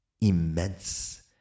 immense